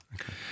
Okay